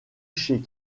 chez